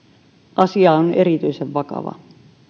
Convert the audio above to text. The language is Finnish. asia on erityisen vakava